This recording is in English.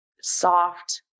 soft